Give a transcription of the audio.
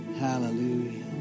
Hallelujah